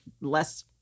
less